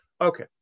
Okay